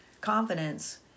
confidence